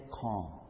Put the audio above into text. calm